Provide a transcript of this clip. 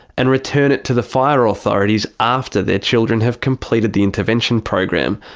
and return it to the fire authorities after their children have completed the intervention program.